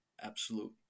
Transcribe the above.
absolute